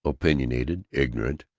opinionated, ignorant,